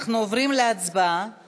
אנחנו עוברים כעת להצבעה